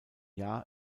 jahr